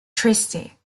trieste